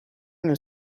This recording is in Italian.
nel